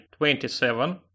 27